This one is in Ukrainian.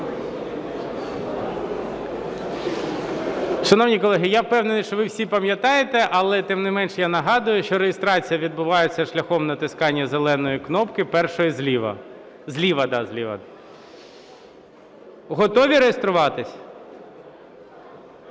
Шановні колеги, я впевнений, що ви всі пам'ятаєте, але, тим не менш, я нагадую, що реєстрація відбувається шляхом натискання зеленої кнопки, першої зліва. Зліва,